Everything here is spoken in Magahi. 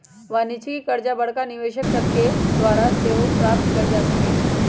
वाणिज्यिक करजा बड़का निवेशक सभके द्वारा सेहो प्राप्त कयल जा सकै छइ